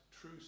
true